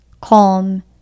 calm